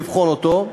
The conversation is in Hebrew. לבחון אותו,